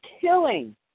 killing